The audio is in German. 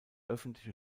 öffentliche